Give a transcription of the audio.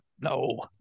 No